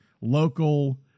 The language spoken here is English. local